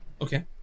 okay